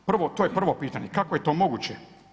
Prvo, to je prvo pitanje kako je to moguće.